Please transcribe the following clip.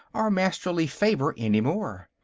or masterly favor, any more.